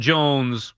Jones